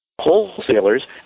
wholesalers